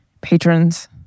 patrons